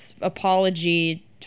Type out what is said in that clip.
apology